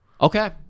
Okay